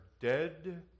dead